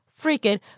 freaking